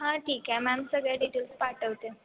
हां ठीक आहे मॅम सगळ्या डिटेल्स पाठवते